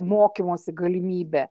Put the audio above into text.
mokymosi galimybė